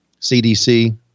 CDC